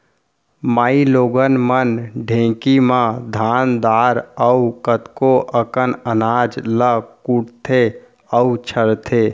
माइलोगन मन ढेंकी म धान दार अउ कतको अकन अनाज ल कुटथें अउ छरथें